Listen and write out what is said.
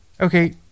okay